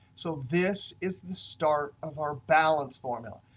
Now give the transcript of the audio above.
so this is the start of our balance formula,